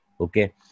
Okay